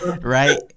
right